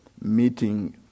meeting